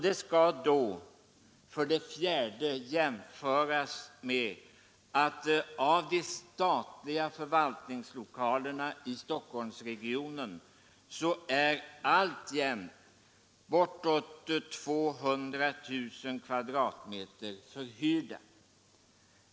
Det skall då för det fjärde jämföras med att av de statliga förvaltningslokalerna i Stockholmsregionen är alltjämt bortåt 200 000 kvadratmeter förhyrda.